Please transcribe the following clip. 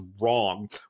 wrong